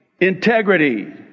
integrity